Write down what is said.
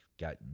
got